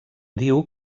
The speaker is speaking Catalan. diu